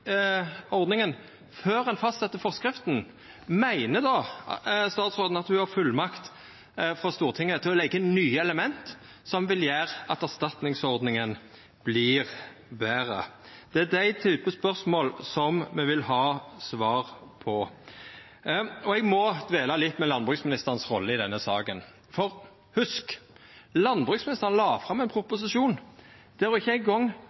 ordninga før ein fastset forskrifta, meiner statsråden då at ho har fullmakt frå Stortinget til å leggja til nye element som vil gjera at erstatningsordninga vert betre? Det er den typen spørsmål me vil ha svar på. Eg må dvela litt ved rolla til landbruksministeren i denne saka. For hugs: Landbruksministeren la fram ein proposisjon der ho ikkje eingong ønskte å dekkja kostnadene til riving. Det var utgangspunktet til landbruksministeren i